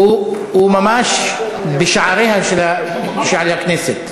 הוא ממש בשערי הכנסת.